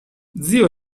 zio